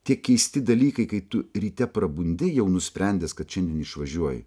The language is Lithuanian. tie keisti dalykai kai tu ryte prabundi jau nusprendęs kad šiandien išvažiuoju